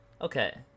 Okay